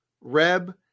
Reb